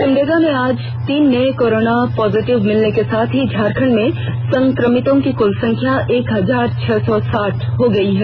सिमडेगा में आज तीन नये कोरोना पॉजिटिव मिलने के साथ ही झारखण्ड में संक्रमितों की कुल संख्या एक हजार छह सौ साठ हो गई है